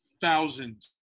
thousands